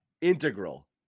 integral